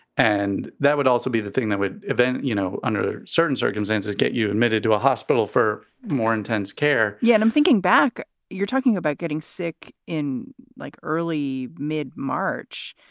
and that would also be the thing that would then, you know, under certain circumstances get you admitted to a hospital for more intense care. yeah, and i'm thinking back you're talking about getting sick in like early mid march.